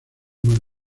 más